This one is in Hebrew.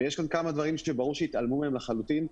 ויש כאן כמה דברים שברור שהתעלמו מהם לחלוטין,